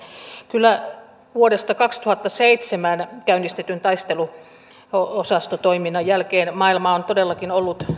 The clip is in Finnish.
kyllä vuodesta kaksituhattaseitsemän käynnistetyn taisteluosastotoiminnan jälkeen maailma on todellakin ollut